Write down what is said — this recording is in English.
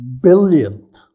billionth